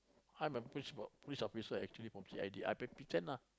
I'm a police po~ police officer actually from C_I_D I pretend lah